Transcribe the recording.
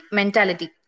mentality